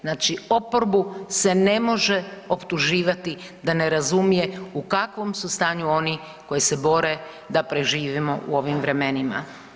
Znači, oporbu se ne može optuživati da ne razumije u kakvom su stanju oni koji se bore da preživimo u ovim vremenima.